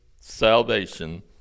salvation